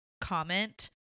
comment